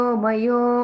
mayo